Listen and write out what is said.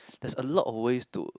there's a lot of ways to